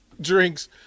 drinks